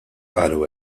qalu